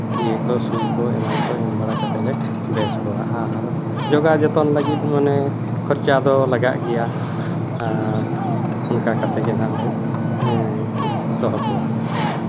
ᱤᱭᱟᱹ ᱠᱚ ᱥᱩᱭ ᱠᱚ ᱮᱢᱟᱱ ᱠᱚ ᱮᱢ ᱵᱟᱲᱟ ᱠᱟᱛᱮ ᱞᱮ ᱵᱮᱥ ᱠᱚᱣᱟ ᱟᱨ ᱡᱳᱜᱟᱣ ᱡᱚᱛᱚᱱ ᱞᱟᱹᱜᱤᱫ ᱢᱟᱱᱮ ᱠᱷᱚᱨᱪᱟ ᱫᱚ ᱞᱟᱜᱟᱜ ᱜᱮᱭᱟ ᱟᱨ ᱚᱱᱠᱟ ᱠᱟᱛᱮ ᱜᱮ ᱱᱟᱦᱟᱸᱜ ᱞᱮ ᱫᱚᱦᱚ ᱠᱚᱣᱟ